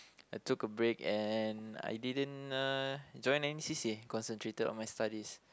I took a break and I didn't uh join any c_c_a concentrated on my studies